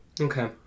Okay